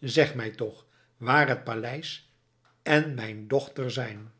zeg mij toch waar het paleis en mijn dochter zijn